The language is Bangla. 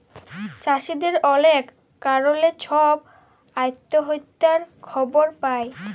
চাষীদের অলেক কারলে ছব আত্যহত্যার খবর পায়